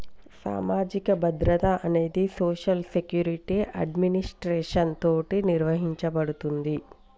సామాజిక భద్రత అనేది సోషల్ సెక్యురిటి అడ్మినిస్ట్రేషన్ తోటి నిర్వహించబడుతుంది